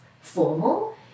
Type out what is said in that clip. formal